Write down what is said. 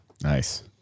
Nice